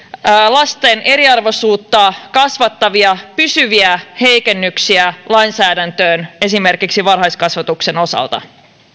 lasten eriarvoisuutta kasvattavia pysyviä heikennyksiä lainsäädäntöön esimerkiksi varhaiskasvatuksen osalta